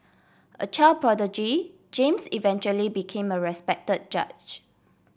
a child prodigy James eventually became a respect judge